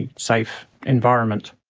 and safe environment.